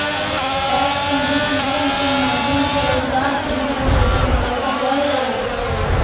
tax competition के माध्यम से रोजगार सृजन के संभावना बढ़ जा हई